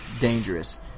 dangerous